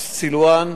סילואן,